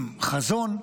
עם חזון,